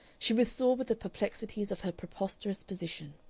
she was sore with the perplexities of her preposterous position.